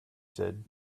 said